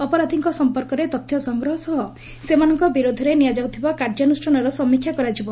ଅପରାଧୀଙ୍କ ସଂପର୍କରେ ତଥ୍ୟ ସଂଗ୍ରହ ସହ ସେମାନଙ୍କ ବିରୋଧରେ ନିଆଯାଉଥିବା କାର୍ଯ୍ୟାନୁଷ୍ଠାନର ସମୀକ୍ଷା କରାଯିବ